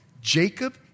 Jacob